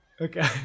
Okay